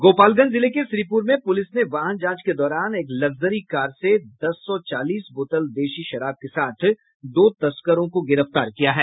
गोपालगंज जिले के श्रीपुर में पुलिस ने वाहन जांच के दौरान एक लग्जरी कार से दस सौ चालीस बोतल देशी शराब के साथ दो तस्करों को गिरफ्तार किया है